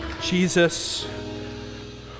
Jesus